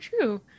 true